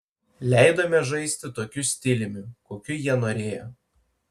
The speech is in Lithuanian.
leidome žaisti tokiu stiliumi kokiu jie norėjo